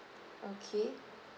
okay